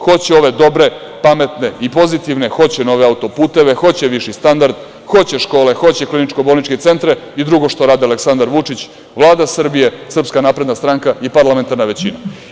Hoće ove dobre, pametne i pozitivne, hoće nove auto-puteve, hoće viši standard, hoće škole, hoće kliničko-bolničke centre i drugo što rade Aleksandar Vučić, Vlada Srbije, SNS i parlamentarna većina.